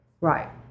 Right